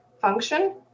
function